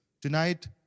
Tonight